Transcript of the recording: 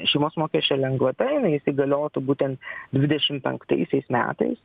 šeimos mokesčio lengvata jinai įsigaliotų būten dvidešim penktaisiais metais